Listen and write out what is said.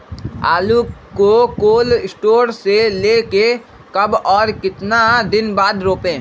आलु को cold storage से ले के कब और कितना दिन बाद रोपे?